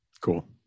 cool